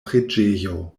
preĝejo